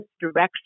direction